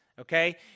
okay